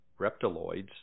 reptiloids